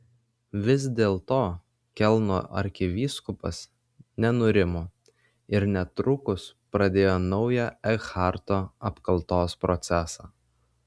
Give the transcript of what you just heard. vis dėlto kelno arkivyskupas nenurimo ir netrukus pradėjo naują ekharto apkaltos procesą